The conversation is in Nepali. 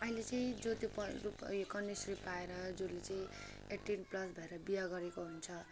अहिले चाहिँ जो त्यो पर रुप ऊ यो कन्याश्री पाएर जसले चाहिँ एट्टिन प्लस भएर बिहे गरेको हुन्छ